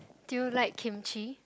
do you like kimchi